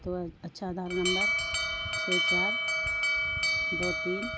تو اچھا آدھار نمبر چھ چار دو تین